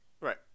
right